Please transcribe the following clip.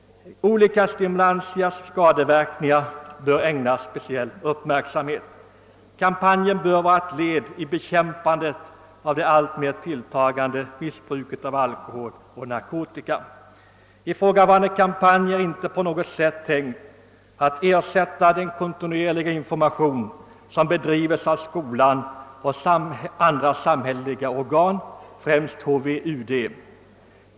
Olika stimulantias skadeverkningar bör ägnas speciell uppmärksamhet. Kampanjen bör vara ett led i bekämpandet av det alltmer tilltagande missbruket av alkohol och narkotika. Ifrågavarande kampanj är inte på något sätt tänkt att ersätta den kontinuerliga information som lämnas av skolan och andra samhälleliga organ, främst HVUD.